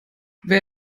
wer